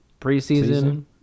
Preseason